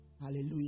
Hallelujah